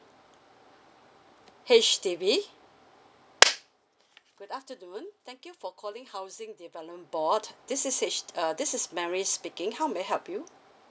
H_D_B good afternoon thank you for calling housing development board this is h~ uh this is mary speaking how may I help you